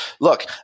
Look